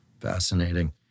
Fascinating